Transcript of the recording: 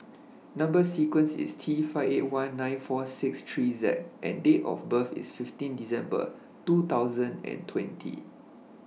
Number sequence IS T five eight one nine four six three Z and Date of birth IS fifteen December two thousand and twenty